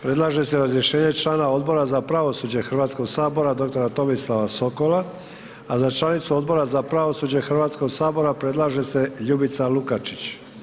Predlaže se razrješenje člana Odbora za pravosuđe Hrvatskog sabora dr. Tomislava Sokola a za članicu Odbora za pravosuđe Hrvatskog sabora predlaže se Ljubica Lukačić.